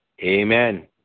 Amen